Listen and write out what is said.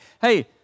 hey